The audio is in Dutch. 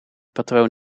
patroon